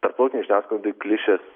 tarptautinėj žiniasklaidoj klišės